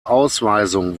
ausweisung